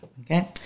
okay